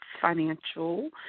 financial